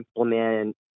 implement